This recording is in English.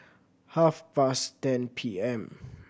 half past ten P M